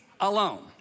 alone